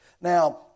Now